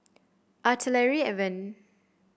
Artillery Avenue